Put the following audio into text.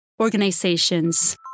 organizations